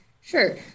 Sure